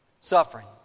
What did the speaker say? Suffering